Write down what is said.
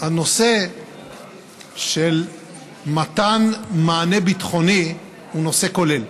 הנושא של מתן מענה ביטחוני הוא נושא כולל,